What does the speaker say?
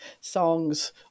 songs